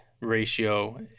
ratio